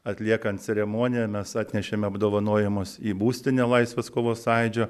atliekant ceremoniją mes atnešėm apdovanojimus į būstinę laisvės kovos sąjūdžio